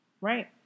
Right